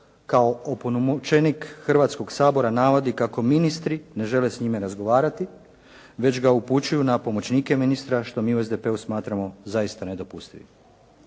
kao opunomoćenik Hrvatskog sabora navodi kako ministri ne žele s njime razgovarati već ga upućuju na pomoćnike ministra što mi u SDP-u smatramo zaista nedopustivim.